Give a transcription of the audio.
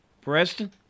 Preston